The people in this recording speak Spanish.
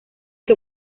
que